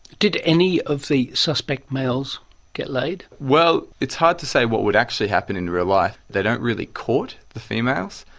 did any of the suspect males get laid? well, it's hard to say what would actually happen in real life. they don't really court the females.